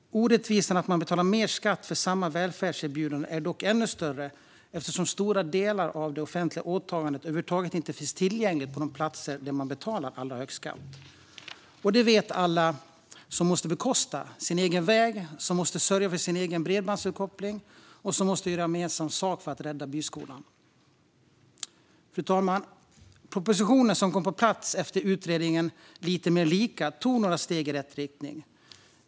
Orättvisan att man betalar mer skatt för samma välfärdserbjudande är dock ännu större eftersom stora delar av det offentliga åtagandet över huvud taget inte finns tillgängligt på de platser där man betalar allra högst skatt. Detta vet alla som måste bekosta sin egen väg, sörja för sin egen bredbandsuppkoppling eller göra gemensam sak för att rädda byskolan. Fru talman! Propositionen som kom på plats efter utredningen Lite mer lika tog några steg i rätt riktning.